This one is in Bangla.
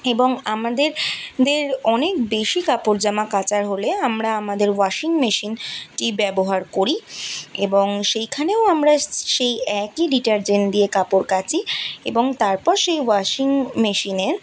এবং আমাদের দের অনেক বেশি কাপড় জামা কাচার হলে আমরা আমাদের ওয়াসিং মেশিন টি ব্যবহার করি এবং সেইখানেও আমরা সেই একই ডিটারজেন্ট দিয়ে কাপড় কাচি এবং তারপর সেই ওয়াসিং মেশিনের